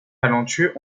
talentueux